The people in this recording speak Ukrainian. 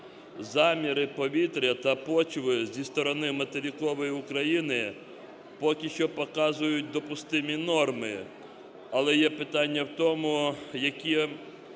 Заміри повітря та почви зі сторони материкової України поки що показують допустимі норми. Але є питання в тому, які,